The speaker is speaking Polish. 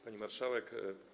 Pani Marszałek!